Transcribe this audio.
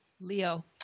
Leo